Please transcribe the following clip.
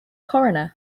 coroner